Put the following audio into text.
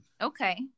Okay